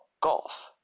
golf